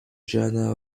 journal